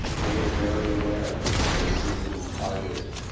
they were very aware that they seemed to be targeted.